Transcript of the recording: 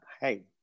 hey